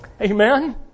Amen